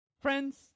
Friends